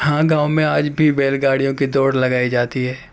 ہاں گاؤں میں آج بھی بیل گاڑیوں کی دوڑ لگائی جاتی ہے